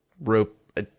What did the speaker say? rope